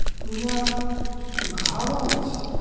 ᱤᱧᱟᱹᱜ ᱜᱷᱟᱨᱚᱸᱡᱽ